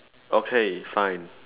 okay fine